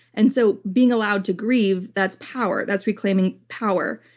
and so being allowed to grieve, that's power. that's reclaiming power.